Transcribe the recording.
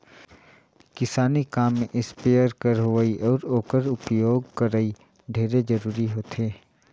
किसानी काम में इस्पेयर कर होवई अउ ओकर उपियोग करई ढेरे जरूरी होथे